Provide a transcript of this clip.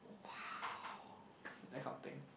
!wow! that kind of thing